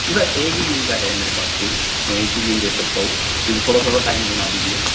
بس ایک ہی دن کا ہے میرے پاس ٹور میں ایک ہی دن دے سکتا ہوں مجھے تھوڑا تھوڑا ٹائم گھما دیجیے